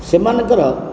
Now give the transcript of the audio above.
ସେମାନଙ୍କର